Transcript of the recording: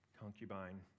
concubine